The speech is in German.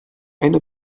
eine